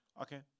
Okay